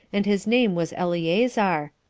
and his name was eleazar,